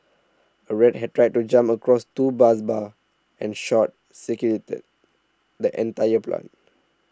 a rat had tried to jump across two bus bars and short circuited the entire plant